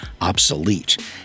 obsolete